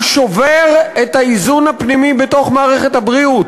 הוא שובר את האיזון הפנימי בתוך מערכת הבריאות.